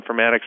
Informatics